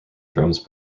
drums